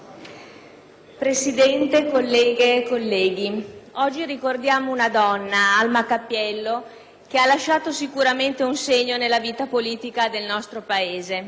Presidente, colleghe e colleghi, oggi ricordiamo una donna, Alma Cappiello, che ha lasciato sicuramente un segno nella vita politica del nostro Paese.